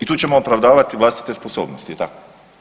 I tu ćemo opravdavati vlastite sposobnosti jel' tako?